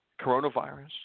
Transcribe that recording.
coronavirus